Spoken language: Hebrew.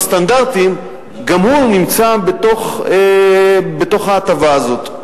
סטנדרטים גם הוא נמצא בתוך ההטבה הזאת.